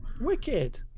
Wicked